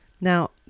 Now